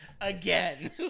again